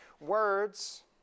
words